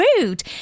rude